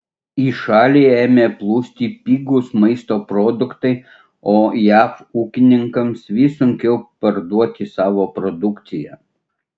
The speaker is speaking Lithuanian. į šalį ėmė plūsti pigūs maisto produktai o jav ūkininkams vis sunkiau parduoti savo produkciją